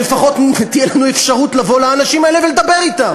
שלפחות תהיה לנו אפשרות לבוא לאנשים האלה ולדבר אתם.